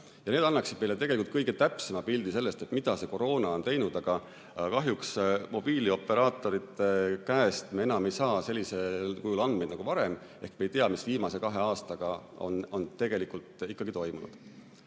–, annaksid meile tegelikult kõige täpsema pildi sellest, mida see koroona on teinud. Aga kahjuks mobiilioperaatorite käest me enam ei saa sellisel kujul andmeid nagu varem, st me ei tea, mis viimase kahe aastaga on tegelikult toimunud. Siiski